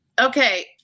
Okay